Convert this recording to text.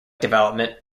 development